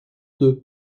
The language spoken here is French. deux